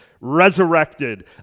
resurrected